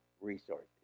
resources